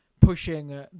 pushing